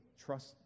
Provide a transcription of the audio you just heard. trust